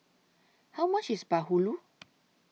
How much IS Bahulu